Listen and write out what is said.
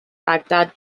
baghdad